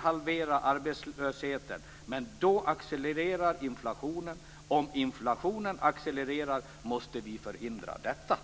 halvera arbetslösheten men då accelererar inflationen, om inflationen accelererar måste vi förhindra detta."